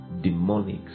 demonic